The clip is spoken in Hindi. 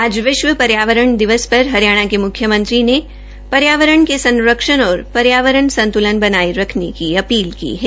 आज विश्व पर्यावरण दिवस पर हरियाणा के म्ख्यमंत्री ने पर्यावरण के संरक्षण और पर्यावरण संतुलन बनाये रखने की अपील की है